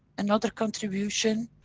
another contribution.